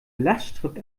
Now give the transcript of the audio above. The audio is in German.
lastschrift